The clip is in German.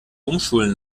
umschulen